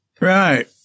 right